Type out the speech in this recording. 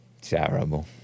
Terrible